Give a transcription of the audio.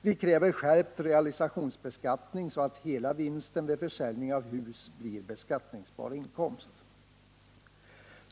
Vi kräver skärpt realisationsvinstbeskattning, så att hela vinsten vid försäljning av hus blir beskattningsbar inkomst.